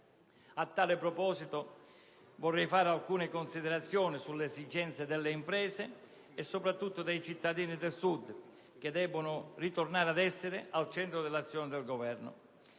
A tal proposito, vorrei fare alcune considerazioni sulle esigenze delle imprese e soprattutto dei cittadini del Sud, che debbono ritornare ad essere al centro dell'azione di governo.